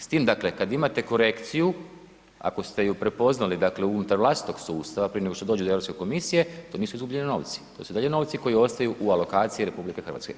S tim dakle kad imate korekciju, ako ste ju prepoznali dakle unutar vlastitog sustava prije nego što dođe do Europske komisije to nisu izgubljeni novci, to su i dalje novci koji ostaju u alokaciji RH.